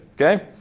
Okay